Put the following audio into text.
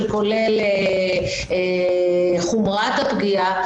כולל חומרת הפגיעה,